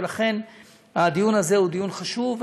ולכן הדיון הזה הוא דיון חשוב.